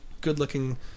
good-looking